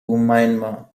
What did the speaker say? myanmar